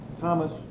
Thomas